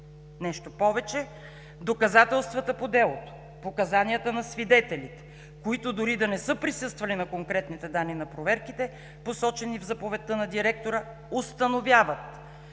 Нещо повече, доказателствата по делото, показанията на свидетелите, които дори и да не са присъствали на конкретните данни на проверките, посочени в заповедта на директора, установяват